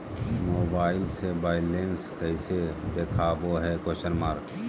Mobile से balance कैसे देखाबो है?